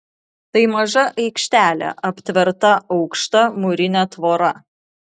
tai maža aikštelė aptverta aukšta mūrine tvora